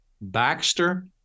Baxter